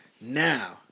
Now